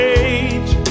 age